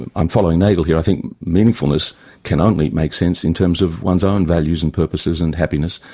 and i'm following nagel here, i think meaningfulness can only make sense in terms of one's own values and purposes and happiness,